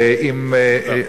תודה.